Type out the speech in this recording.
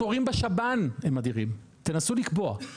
התורים בשב"ן הם אדירים, תנסו לקבוע.